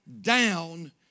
down